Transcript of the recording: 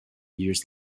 years